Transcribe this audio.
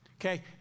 okay